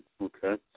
okay